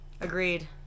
Agreed